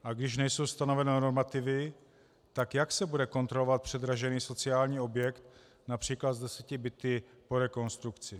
A když nejsou stanoveny normativy, tak jak se bude kontrolovat předražený sociální objekt například s deseti byty po rekonstrukci?